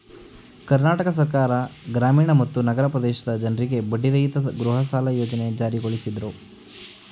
ಕರ್ನಾಟಕ ಸರ್ಕಾರ ಗ್ರಾಮೀಣ ಮತ್ತು ನಗರ ಪ್ರದೇಶದ ಜನ್ರಿಗೆ ಬಡ್ಡಿರಹಿತ ಗೃಹಸಾಲ ಯೋಜ್ನೆ ಜಾರಿಗೊಳಿಸಿದ್ರು